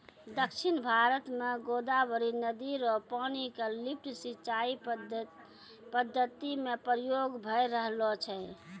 दक्षिण भारत म गोदावरी नदी र पानी क लिफ्ट सिंचाई पद्धति म प्रयोग भय रहलो छै